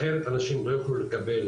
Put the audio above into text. אחרת האנשים לא יוכלו לקבל,